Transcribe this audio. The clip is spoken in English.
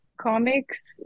comics